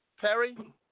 Perry